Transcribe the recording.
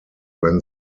when